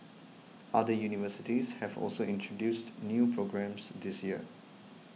other universities have also introduced new programmes this year